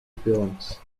films